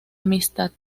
amistad